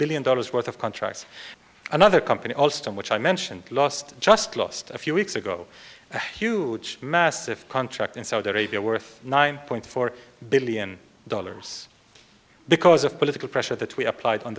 billion dollars worth of contracts another company alston which i mentioned lost just lost a few weeks ago a huge massive contract in saudi arabia worth nine point four billion dollars because of political pressure that we applied on